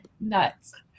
Nuts